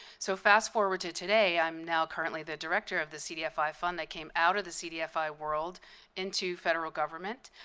so fast forward to today. i'm now currently the director of the cdfi fund that came out of the cdfi world into federal government.